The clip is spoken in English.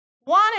One